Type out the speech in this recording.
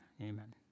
Amen